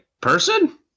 Person